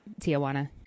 Tijuana